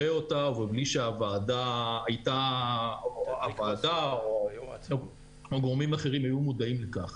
לה ובלי שהוועדה או גורמים אחרים היו מודעים לכך.